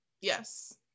yes